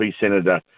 Senator